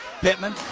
Pittman